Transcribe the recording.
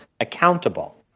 accountable